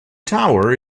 tower